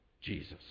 Jesus